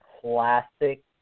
classic